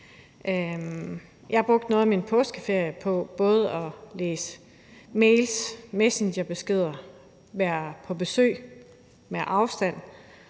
har brugt noget af min påskeferie på både at læse mails, messengerbeskeder og været på besøg – med afstand